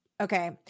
Okay